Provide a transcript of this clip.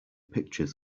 pictures